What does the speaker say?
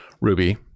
Ruby